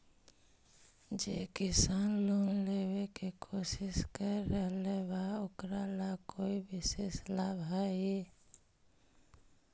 जे किसान लोन लेवे के कोशिश कर रहल बा ओकरा ला कोई विशेष लाभ हई?